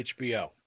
HBO